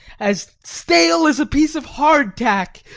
as stale as a piece of hardtack,